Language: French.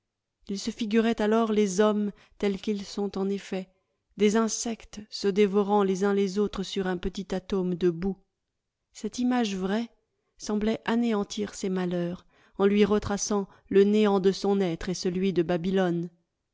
il se figurait alors les hommes tels qu'ils sont en effet des insectes se dévorant les uns les autres sur un petit atome de boue cette image vraie semblait anéantir ses malheurs en lui retraçant le néant de son être et celui de babylone